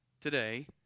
today